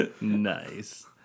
Nice